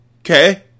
Okay